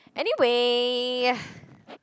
anyway